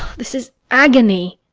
this is agony!